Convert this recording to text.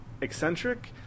eccentric